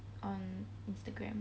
on Instagram